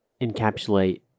encapsulate